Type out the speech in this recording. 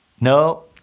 No